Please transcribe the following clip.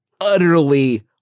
utterly